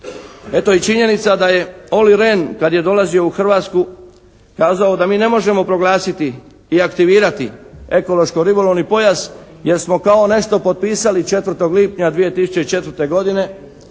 Eto i činjenica da je Olli Rehn kad je dolazio u Hrvatsku kazao da mi ne možemo proglasiti i aktivirati ekološko-ribolovni pojas jer smo kao nešto potpisali 4. lipnja 2004. godine.